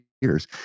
years